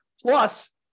Plus